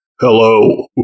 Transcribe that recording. Hello